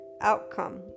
outcome